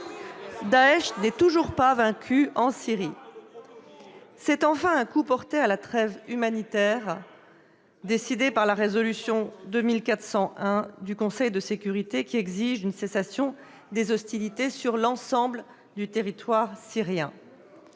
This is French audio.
Daech n'est toujours pas vaincu en Syrie. C'est enfin un coup porté à la trêve humanitaire décidée par la résolution 2401 du Conseil de sécurité des Nations unies qui exige une cessation des hostilités sur l'ensemble du territoire syrien.